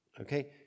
okay